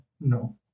No